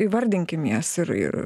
įvardinkim jas ir ir